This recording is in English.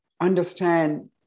understand